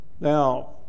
Now